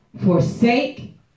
Forsake